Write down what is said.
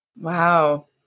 Wow